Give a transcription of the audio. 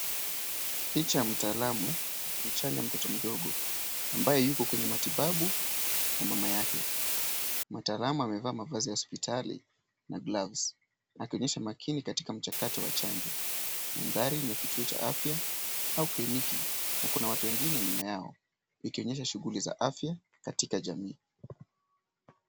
Picha ya mtaalamu akimchanja mtoto mdogo. Ambaye yuko kwenye matibabu na mama yake. Mtaalamu amevaa mavazi ya hospitali na gloves . Akionyesha makini katika mchakato wa chanjo. Mandhari ni ya kituo cha afya au kliniki na kuna watu wengine nyuma yao. Ikaonyesha shughuli za afya katika jamii.